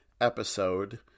episode